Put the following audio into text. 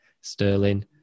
Sterling